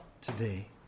today